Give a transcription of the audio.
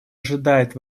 ожидает